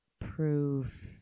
prove